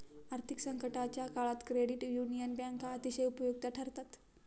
आर्थिक संकटाच्या काळात क्रेडिट युनियन बँका अतिशय उपयुक्त ठरतात